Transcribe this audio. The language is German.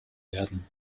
werden